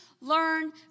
learn